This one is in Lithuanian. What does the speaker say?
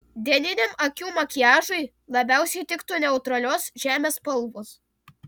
dieniniam akių makiažui labiausiai tiktų neutralios žemės spalvos